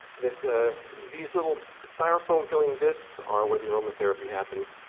that these little styrofoam-feeling disks are where the aromatherapy happens.